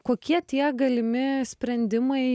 kokie tie galimi sprendimai